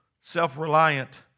self-reliant